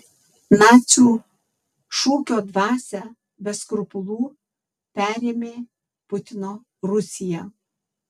nacių šūkio dvasią be skrupulų perėmė putino rusija